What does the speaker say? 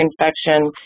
infection